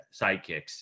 sidekicks